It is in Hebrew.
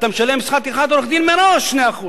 אתה משלם לעורך-דין שכר טרחה מראש של 2%